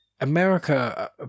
america